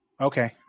Okay